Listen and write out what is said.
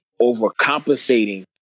overcompensating